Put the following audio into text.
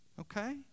Okay